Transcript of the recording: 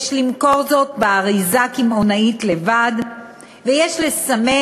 יש למכור זאת באריזה קמעונאית לבד ויש לסמן